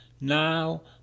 Now